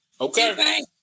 Okay